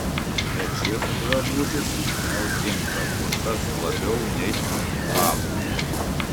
bet šis drabužis tau tinka kur kas labiau nei dafnei